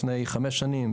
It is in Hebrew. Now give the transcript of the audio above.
לפני חמש שנים,